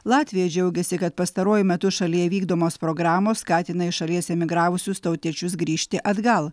latvija džiaugiasi kad pastaruoju metu šalyje vykdomos programos skatina iš šalies emigravusius tautiečius grįžti atgal